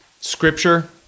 Scripture